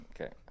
Okay